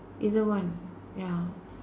either one ya